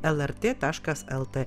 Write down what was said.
lrt taškas el t